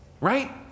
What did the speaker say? Right